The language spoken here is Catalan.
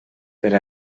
per